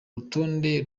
rutonde